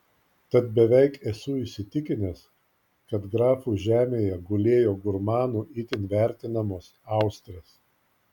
tad beveik esu įsitikinęs kad grafų žemėje gulėjo gurmanų itin vertinamos austrės